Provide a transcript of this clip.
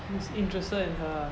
he's interested in her